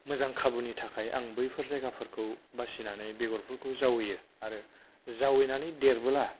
मोजां खाबुनि थाखाय आं बैफोर जायगाफोरखौ बासिनानै आं बेगरफोरखौ जावैयो आरो जावैनानै देरबोला